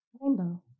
Rainbow